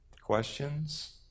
questions